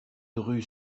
rue